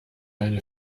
eine